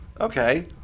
okay